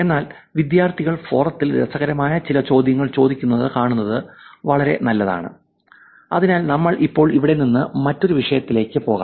എന്നാൽ വിദ്യാർത്ഥികൾ ഫോറത്തിൽ രസകരമായ ചില ചോദ്യങ്ങൾ ചോദിക്കുന്നത് കാണുന്നത് വളരെ നല്ലതാണ് അതിനാൽ നമ്മൾ ഇപ്പോൾ ഇവിടെ നിന്ന് മറ്റൊരു വിഷയത്തിലേക്ക് പോകാം